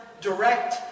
direct